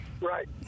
Right